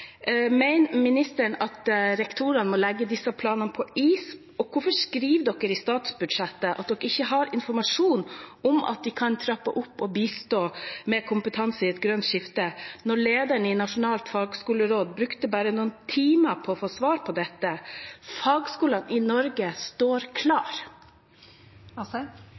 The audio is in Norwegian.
ministeren at rektorene må legge disse planene på is? Og hvorfor skriver man i statsbudsjettet at man ikke har informasjon om at de kan trappe opp og bistå med kompetanse i et grønt skifte, når lederen i Nasjonalt fagskoleråd brukte bare noen timer på å få svar på dette? Fagskolene i Norge står